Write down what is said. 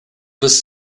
was